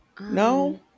No